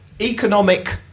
Economic